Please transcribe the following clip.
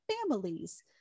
families